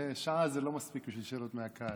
שעה זה לא מספיק בשביל שאלות מהקהל.